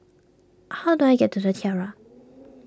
how do I get to the Tiara